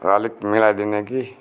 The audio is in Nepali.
र अलिक मिलाइदिने कि